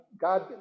God